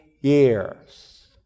years